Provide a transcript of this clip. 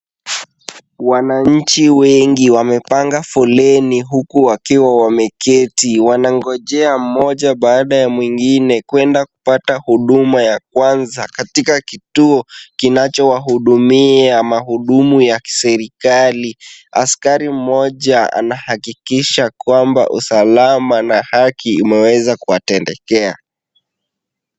Wananchi wengi wamepanga foleni huku wakiwa wameketi. Wanangojea mmoja baada ya mwingine kwenda kupata huduma ya kwanza katika kituo kinachowahudumia mahudumu ya kiserikali. Askari mmoja ana hakikisha kwamba usalama na haki imeweza kuwatendekea.